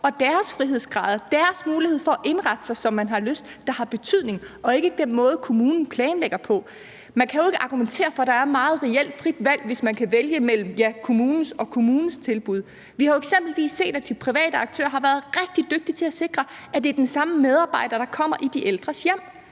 deres frihedsgrader og deres mulighed for at indrette sig, som de har lyst til, der har betydning, og ikke den måde, kommunen planlægger på. Man kan jo ikke argumentere for, at der reelt er frit valg, hvis de kan vælge mellem kommunens og kommunens tilbud. Vi har jo eksempelvis set, at de private aktører har været rigtig dygtige til at sikre, at det er den samme medarbejder, der kommer i den ældres hjem.